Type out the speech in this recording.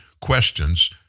questions